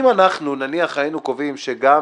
אם היינו קובעים שגם